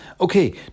okay